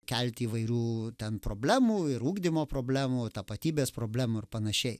kelti įvairių ten problemų ir ugdymo problemų tapatybės problemų ir panašiai